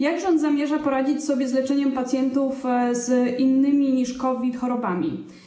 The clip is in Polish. Jak rząd zamierza poradzić sobie z leczeniem pacjentów z innymi niż COVID chorobami?